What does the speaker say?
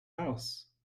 house